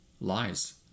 lies